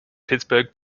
pittsburgh